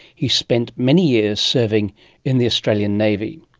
he spent many years serving in the australian navy.